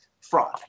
fraud